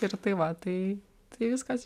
ir tai va tai tai viskas